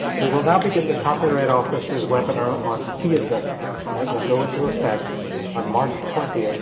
we will now begin the copyright office's webinar on fee adjustments that will go into effect on march twenty, ah